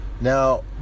now